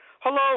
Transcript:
Hello